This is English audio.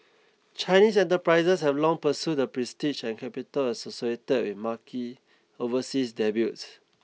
Chinese enterprises have long pursued the prestige and capital associated with marquee overseas debuts